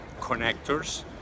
connectors